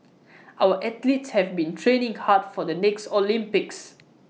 our athletes have been training hard for the next Olympics